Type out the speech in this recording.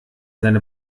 seine